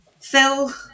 Phil